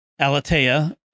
Alatea